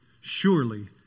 Surely